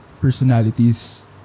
personalities